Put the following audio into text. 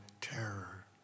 terror